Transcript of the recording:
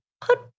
put